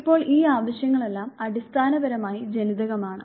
ഇപ്പോൾ ഈ ആവശ്യങ്ങളെല്ലാം അടിസ്ഥാനപരമായി ജനിതകമാണ്